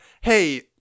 hey